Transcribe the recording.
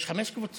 יש חמש קבוצות